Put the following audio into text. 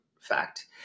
fact